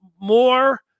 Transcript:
more